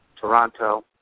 Toronto